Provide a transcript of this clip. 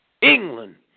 England